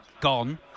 gone